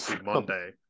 Monday